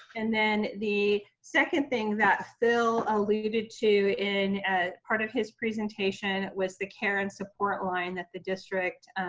and then the second thing that phil alluded to in a part of his presentation was the care and support line that the district